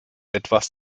etwas